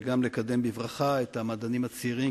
וגם לקדם בברכה את המדענים הצעירים,